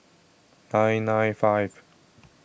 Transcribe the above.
nine nine five